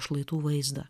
šlaitų vaizdą